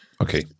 Okay